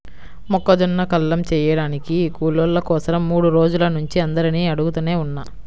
మొక్కజొన్న కల్లం చేయడానికి కూలోళ్ళ కోసరం మూడు రోజుల నుంచి అందరినీ అడుగుతనే ఉన్నా